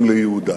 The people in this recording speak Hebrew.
לייעודם.